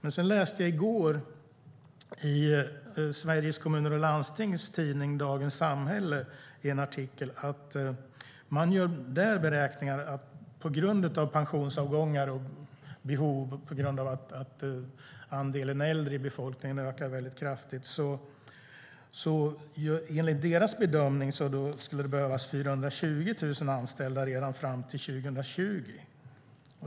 I går läste jag i Sveriges Kommuner och Landstings tidning Dagens Samhälle att beräkningar visar att på grund av pensionsavgångar och den kraftiga ökningen av andelen äldre i befolkningen skulle det behövas 420 000 anställda redan fram till 2020.